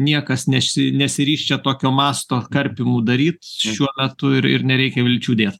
niekas nesi nesiryš čia tokio masto karpymų daryt šiuo metu ir ir nereikia vilčių dėt